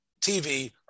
TV